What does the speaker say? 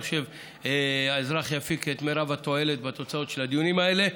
אני חושב שהאזרח יפיק את מרב התועלת בתוצאות של הדיונים האלה.